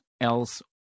else